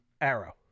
Arrow